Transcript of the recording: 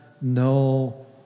no